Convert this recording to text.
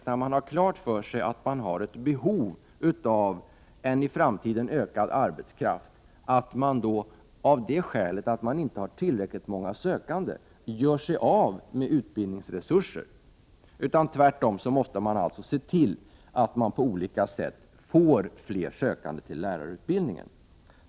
När man har klart för sig att man har behov av arbetskraft kan man ju inte, av det skälet att man inte har tillräckligt många sökande, göra sig av med utbildningsresurser. Tvärtom måste man se till, att man på olika sätt får fler sökande till lärarutbildningen.